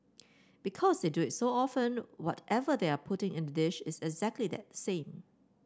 because they do it so often whatever they are putting in the dish is actually exact that same